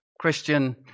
Christian